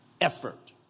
effort